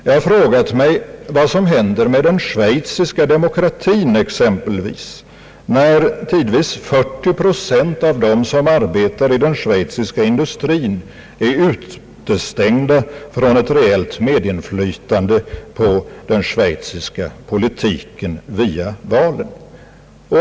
Jag har frågat mig vad som händer med den schweiziska demokratin exempelvis när tidvis 40 procent av dem som arbetar i den schweiziska industrin är utestängda från ett reellt medinflytande på den schweiziska politiken via valen.